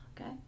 okay